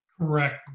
Correct